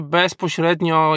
bezpośrednio